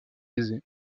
aisés